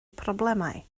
problemau